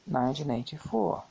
1984